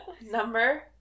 Number